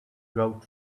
grout